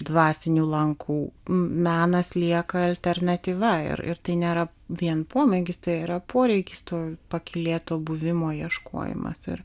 dvasinių lankų menas lieka alternatyva ir ir tai nėra vien pomėgis tai yra poreikis to pakylėto buvimo ieškojimas ir